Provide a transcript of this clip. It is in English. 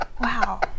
Wow